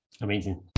Amazing